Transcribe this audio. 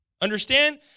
understand